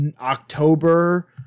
October